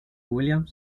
william